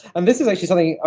and this is actually something.